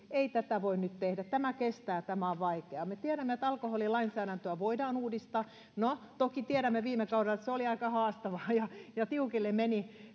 ei tätä voi nyt tehdä tämä kestää tämä on vaikeaa me tiedämme että alkoholilainsäädäntöä voidaan uudistaa no toki tiedämme viime kaudelta että se oli aika haastavaa ja ja tiukille meni